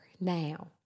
now